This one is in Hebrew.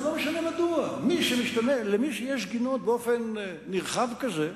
לא משנה מדוע, מי שיש לו גינות באופן נרחב כזה,